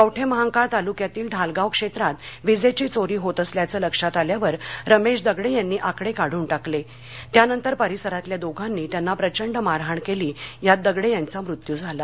कवठे महांकाळ तालुक्यातील ढालगाव क्षेत्रात वीजेची चोरी होत असल्याच लक्षात आल्यावर रमेश दगडे यांनी आकडे काढून टाकले त्यानंतर परिसरातल्या दोघांनी त्यांना प्रचंड मारहाण केली यात दगडे यांचा मृत्यू झाला